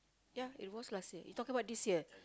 ya it was last year you talking about this year